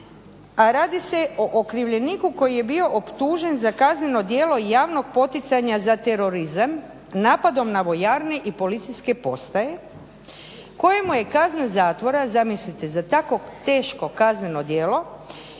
a radi se o okrivljeniku koji je bio optužen za kazneno djelo javnog poticanja za terorizam napadom na vojarne i policijske postaje kojemu je kazna zatvora, zamislite za tako teško kazneno djelo,